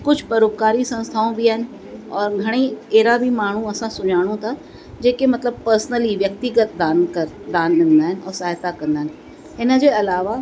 कुझु परोपकारी संस्थाऊं बि आहिनि और घणेई अहिड़ा बि माण्हू असां सुञाणू था जेके मतलबु पर्सनली व्यक्तिगत दान कर दान ॾींदा आहिनि और सहायता कंदा आहिनि हिनजे अलावा